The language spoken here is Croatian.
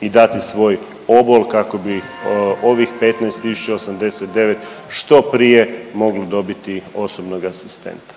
i dati svoj obol kako bi ovih 15.089 što prije mogli dobiti osobnog asistenta.